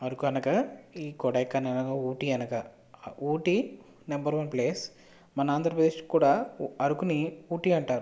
అరకు అనగా ఈ కొడైకెనాల్ ఊటీ అనగా ఊటీ నెంబర్ వన్ ప్లేస్ మన ఆంధ్రప్రదేశ్ కూడా అరకు ఊటీ అంటారు